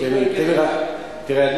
תראה,